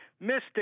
mystic